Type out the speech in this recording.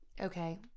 Okay